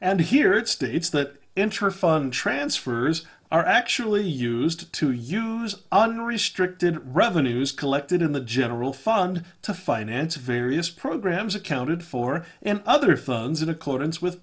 and here it states that interferon transfers are actually used to use unrestricted revenues collected in the general fund to finance various programs accounted for and other funds in accordance with